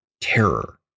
terror